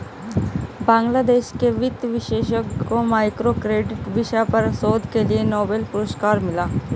बांग्लादेश के वित्त विशेषज्ञ को माइक्रो क्रेडिट विषय पर शोध के लिए नोबेल पुरस्कार मिला